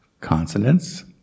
consonants